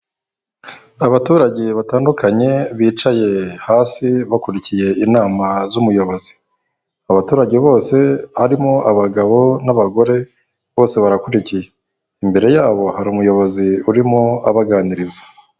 Abaturage batandukanye bicaye hasi bakurikiye inama z'umuyobozi. Abaturage bose harimo abagabo n'abagore bose barakurikiye, imbere yabo hari umuyobozi urimo abaganiriza.